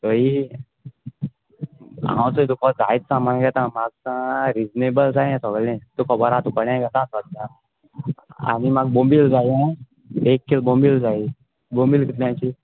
हयी हांव आसा तुको जायत कामांग येता म्हाका रिजनेबल जायें सोगलें तुक खोबोर आ तुंकोडे एक येता सोद्दां आनी म्हाक बोंबील जायी आ एक कील बोंबील जायी बोंबील कितल्याची